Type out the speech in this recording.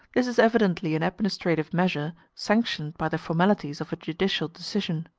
this is evidently an administrative measure sanctioned by the formalities of a judicial decision.